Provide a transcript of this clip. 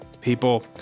people